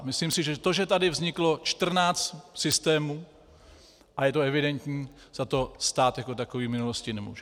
Myslím si, že to, že tady vzniklo čtrnáct systémů, a je to evidentní, za to stát jako takový v minulosti nemůže.